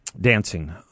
dancing